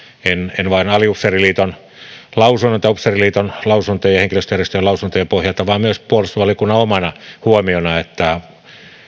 en en vain aliupseeriliiton lausunnon tai upseeriliiton ja ja henkilöstöjärjestöjen lausuntojen pohjalta vaan myös puolustusvaliokunnan omana huomiona että